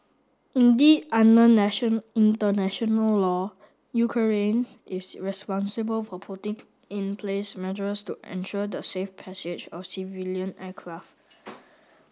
indeed under nation international law Ukraine is responsible for putting in place measures to ensure the safe passage of civilian aircraft